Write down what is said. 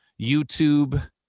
YouTube